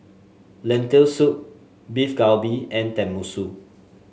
Lentil Soup Beef Galbi and Tenmusu